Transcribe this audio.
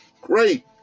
great